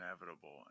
inevitable